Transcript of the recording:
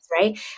right